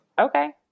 Okay